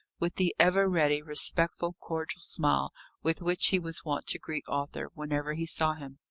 with the ever-ready, respectful, cordial smile with which he was wont to greet arthur whenever he saw him,